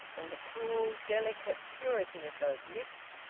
and the cool, delicate purity of those lips!